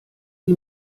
sie